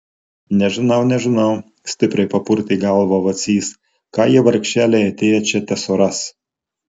nežinau nežinau stipriai papurtė galvą vacys ką jie vargšeliai atėję čia tesuras